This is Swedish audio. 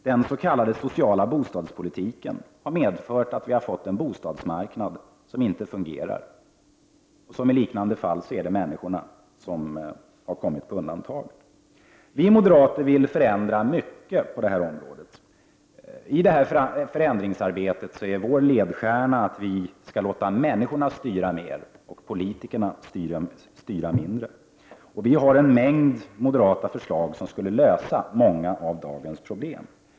Den s.k. sociala bostadspolitiken har medfört att vi har fått en bostadsmarknad som inte längre fungerar. Precis som i liknande fall är det människorna som har satts på undantag. Vi moderater vill förändra mycket på det här området. I detta förändringsarbete är vår ledstjärna att vi skall låta människorna styra mer och politikerna styra mindre. Vi har en mängd moderata förslag som skulle lösa många av dagens problem.